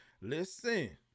Listen